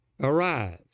Arise